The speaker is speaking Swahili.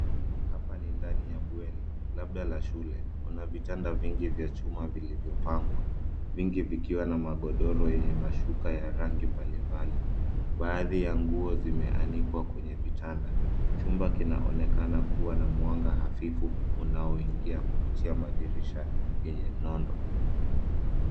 Hapa ni ndani ya bweni labda la shule kuna vitanda vingi vya chuma vilivyo pangwa. Vingi vikiwa na magodoro yenye mashuka ya rangi mbali mbali baadhi ya nguo zimeanikwa kwenye vitanda. Chumba kinaonekana kuwa na mwanga hafifu unaoingia kupitia madirisha yenye nodo.